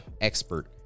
expert